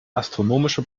astronomische